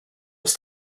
was